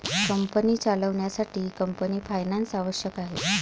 company चालवण्यासाठी company finance आवश्यक आहे